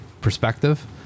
perspective